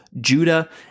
Judah